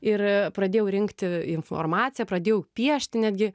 ir a pradėjau rinkti informaciją pradėjau piešti netgi